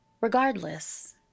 Regardless